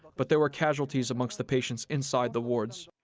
but there were casualties amongst the patients inside the wards.